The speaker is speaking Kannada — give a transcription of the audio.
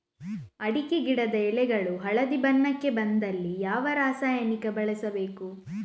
ಅಡಿಕೆ ಗಿಡದ ಎಳೆಗಳು ಹಳದಿ ಬಣ್ಣಕ್ಕೆ ಬಂದಲ್ಲಿ ಯಾವ ರಾಸಾಯನಿಕ ಬಳಸಬೇಕು?